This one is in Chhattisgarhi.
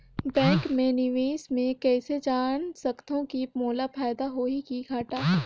बैंक मे मैं निवेश मे कइसे जान सकथव कि मोला फायदा होही कि घाटा?